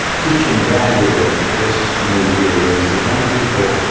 teaching value of this new view is that when people,